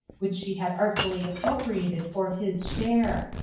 which she had artfully appropriated for his share.